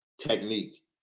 technique